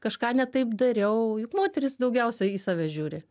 kažką ne taip dariau juk moteris daugiausia į save žiūri